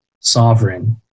sovereign